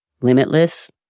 limitless